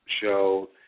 show